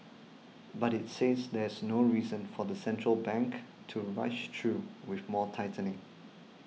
but it says there's no reason for the central bank to rush though with more tightening